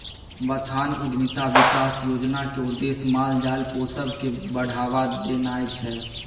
बथान उद्यमिता बिकास योजनाक उद्देश्य माल जाल पोसब केँ बढ़ाबा देनाइ छै